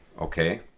okay